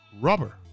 Rubber